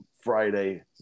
Friday